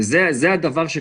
וזה מתסכל אותנו.